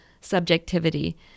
subjectivity